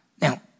Now